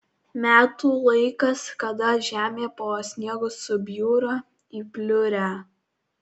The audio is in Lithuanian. metų laikas kada žemė po sniegu subjūra į pliurę